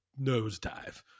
nosedive